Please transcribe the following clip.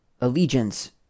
allegiance